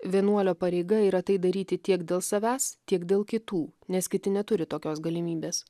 vienuolio pareiga yra tai daryti tiek dėl savęs tiek dėl kitų nes kiti neturi tokios galimybės